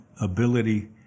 ability